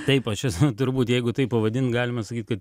taip aš esu turbūt jeigu taip pavadint galima sakyt kad